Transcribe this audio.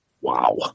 Wow